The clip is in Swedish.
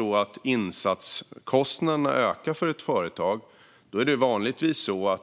Om insatskostnaderna ökar för ett företag är det vanligtvis så